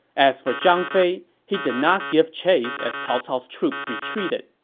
as for zhang fei, he did not give chase as cao cao's troops retreated.